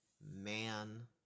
man